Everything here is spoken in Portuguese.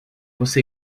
você